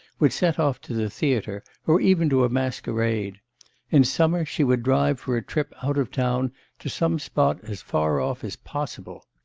would set off to the theatre or even to a masquerade in summer she would drive for a trip out of town to some spot as far off as possible.